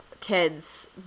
kids